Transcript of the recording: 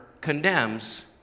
condemns